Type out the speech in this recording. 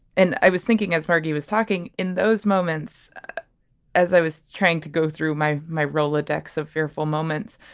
and i was thinking as maggie was talking in those moments as i was trying to go through my my rolodex of fearful moments